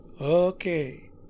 Okay